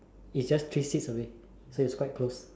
it's just three sits away so it's quite close